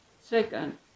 second